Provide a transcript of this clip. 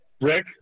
Rick